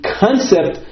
concept